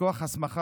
מכוח הסמכה